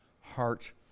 heart